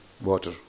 water